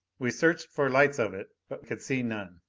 we searched for lights of it, but could see none.